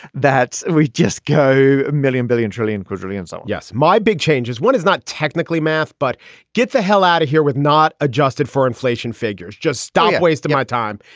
that we just go a million, billion, trillion, quadrillion. so, yes, my big change is what is not technically math, but get the hell out of here with not adjusted for inflation figures. just stop wasting my time.